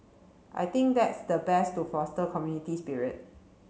I think that's the best to foster community spirit